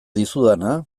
dizudana